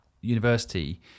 university